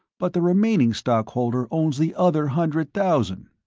but the remaining stockholder owns the other hundred thousand.